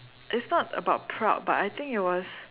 it's not about proud but I think it was